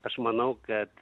aš manau kad